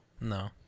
No